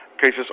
Cases